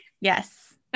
Yes